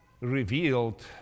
revealed